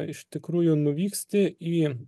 iš tikrųjų nuvyksti į